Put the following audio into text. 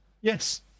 Yes